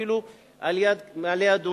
אפילו ליד מעלה-אדומים,